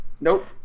Nope